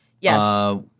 Yes